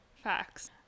facts